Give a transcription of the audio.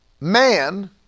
man